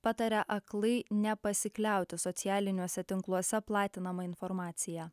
pataria aklai nepasikliauti socialiniuose tinkluose platinama informacija